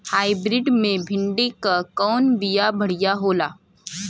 Hybrid मे भिंडी क कवन बिया बढ़ियां होला?